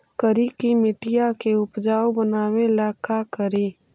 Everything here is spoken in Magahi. करिकी मिट्टियां के उपजाऊ बनावे ला का करी?